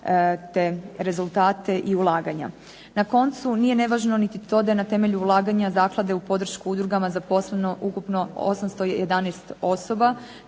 te rezultate i ulaganja. Na koncu, nije nevažno niti to da je na temelju ulaganja zaklade u podršku udrugama zaposleno ukupno 811 osoba